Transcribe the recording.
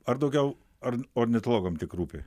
ar daugiau ar ornitologam tik rūpi